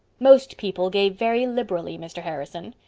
most people gave very liberally, mr. harrison.